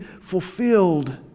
fulfilled